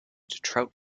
trout